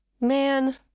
Man